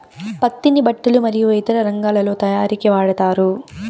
పత్తిని బట్టలు మరియు ఇతర రంగాలలో తయారీకి వాడతారు